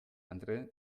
andere